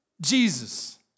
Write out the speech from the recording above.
Jesus